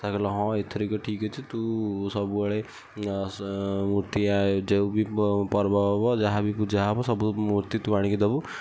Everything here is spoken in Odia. ସାର୍ କହିଲେ ହଁ ଏଥରିକ ଠିକ୍ ଅଛି ତୁ ସବୁବେଳେ ଆ ମୂର୍ତ୍ତି ଆ ଯେଉଁ ବି ପର୍ବ ହବ ଯାହା ବି ପୂଜା ହବ ସବୁ ମୂର୍ତ୍ତି ତୁ ଆଣିକି ଦବୁ